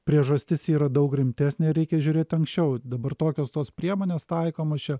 priežastis yra daug rimtesnė reikia žiūrėt anksčiau dabar tokios tos priemonės taikomos čia